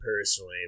personally